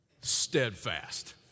steadfast